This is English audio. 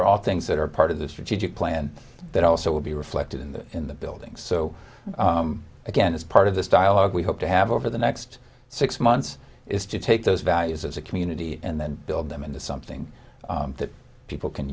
are all things that are part of the strategic plan that also will be reflected in the in the buildings so again as part of this dialogue we hope to have over the next six months is to take those values as a community and then build them into something that people can